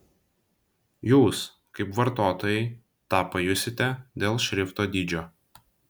jūs kaip vartotojai tą pajusite dėl šrifto dydžio